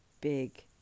big